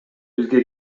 бизге